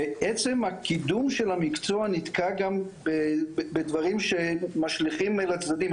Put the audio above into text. עצם הקידום של המקצוע נתקע גם בדברים שמשליכים אל הצדדים.